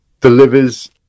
delivers